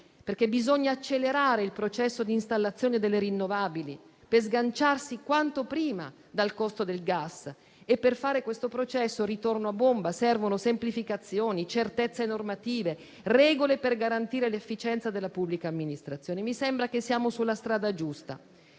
infatti accelerare il processo di installazione delle rinnovabili per sganciarsi quanto prima dal costo del gas. Per fare questo processo - ritorno a bomba - servono semplificazioni, certezze normative e regole per garantire l'efficienza della pubblica amministrazione. Mi sembra che siamo sulla strada giusta.